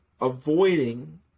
avoiding